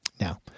Now